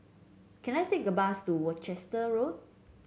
can I take a bus to Worcester Road